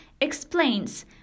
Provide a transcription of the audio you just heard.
explains